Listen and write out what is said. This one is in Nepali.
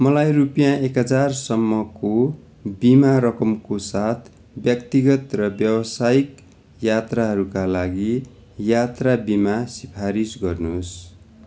मलाई रुपियाँ एक हजारसम्मको बिमा रकमको साथ व्यक्तिगत र व्यावसायिक यात्राहरूका लागि यात्रा बिमा सिफारिस गर्नुहोस्